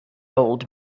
old